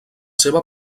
seva